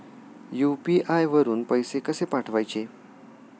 UPI वरून पैसे कसे पाठवायचे?